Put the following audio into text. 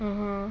mmhmm